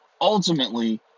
Ultimately